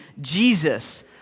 Jesus